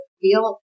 feel